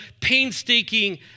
painstaking